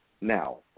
now